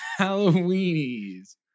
Halloweenies